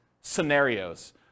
scenarios